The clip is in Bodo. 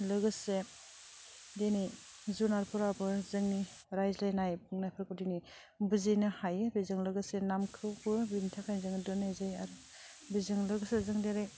लोगोसे दिनै जुनारफोराबो जोंनि रायज्लायनाय बुंनायफोरखौ दिनै बुजिनो हायो बेजों लोगोसे नामखौबो बिनि थाखायनो जोङो दोननाय जायो आरो बेजों लोगोसे जों दिनै